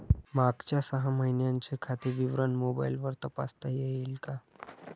मागच्या सहा महिन्यांचे खाते विवरण मोबाइलवर तपासता येईल का?